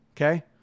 Okay